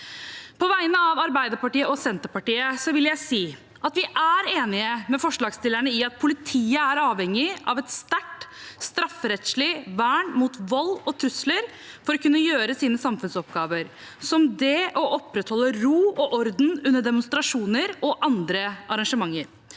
På vegne av Arbeiderpartiet og Senterpartiet vil jeg si at vi er enig med forslagsstillerne i at politiet er avhengig av et sterkt strafferettslig vern mot vold og trusler for å kunne gjøre sine samfunnsoppgaver, som det å opprettholde ro og orden under demonstrasjoner og andre arrangementer.